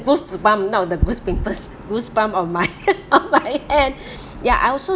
goosebump not the goose pimples goosebump of my of my hand ya I also